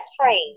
train